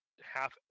half